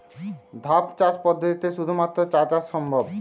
ধাপ চাষ পদ্ধতিতে শুধুমাত্র চা চাষ সম্ভব?